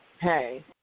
Hey